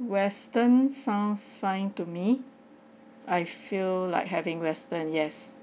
western sound fine to me I feel like having western yes